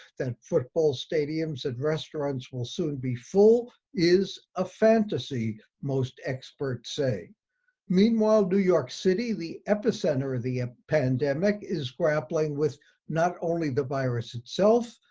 that football stadiums and restaurants will soon be full is a fantasy, most experts say meanwhile, new york city, the epicenter of the pandemic, is grappling with not only the virus itself,